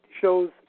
shows